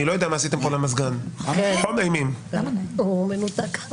רק אם כבר נגענו בעניין הזה של